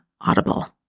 Audible